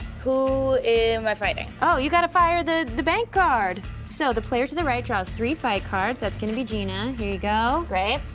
who am i fighting? oh, you gotta fire the the bank guard. so the player to the right draws three fight cards, that's gonna be gina, here you go. great.